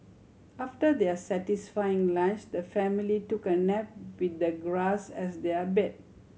after their satisfying lunch the family took a nap with the grass as their bed